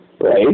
Right